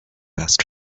best